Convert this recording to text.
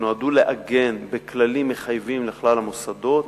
שנועדו לעגן בכללים מחייבים לכלל המוסדות